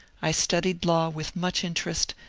i studied law with much interest,